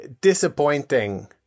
disappointing